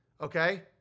okay